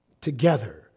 together